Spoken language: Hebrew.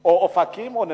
או אופקים או נתיבות?